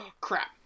crap